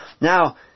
Now